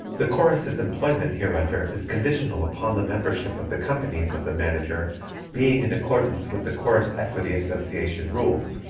the chorus's employment hereunder is conditional upon the membership of the companies of the manager being in accordance with the chorus equity association rules,